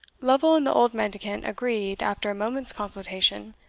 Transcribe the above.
lovel and the old mendicant agreed, after a moment's consultation,